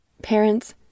Parents